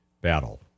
battle